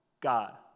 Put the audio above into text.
God